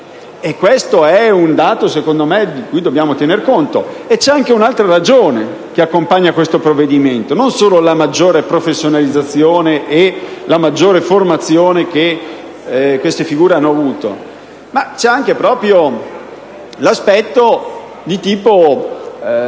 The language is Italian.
Questo è un dato di cui, secondo me, dobbiamo tenere conto. C'è poi anche un'altra ragione che accompagna questo provvedimento, non solo la maggiore professionalizzazione e la maggiore formazione che queste figure hanno subito: vi è anche l'aspetto di tipo